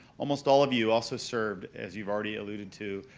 almost all of you also served, as you've already alluded to,